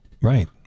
right